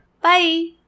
Bye